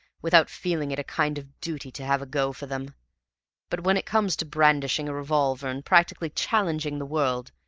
without feeling it a kind of duty to have a go for them but when it comes to brandishing a revolver and practically challenging the world,